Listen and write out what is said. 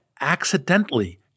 accidentally